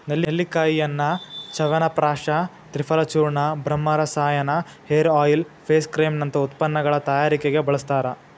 ನೆಲ್ಲಿಕಾಯಿಯನ್ನ ಚ್ಯವನಪ್ರಾಶ ತ್ರಿಫಲಚೂರ್ಣ, ಬ್ರಹ್ಮರಸಾಯನ, hair oil, face cream ನಂತ ಉತ್ಪನ್ನಗಳ ತಯಾರಿಕೆಗೆ ಬಳಸ್ತಾರ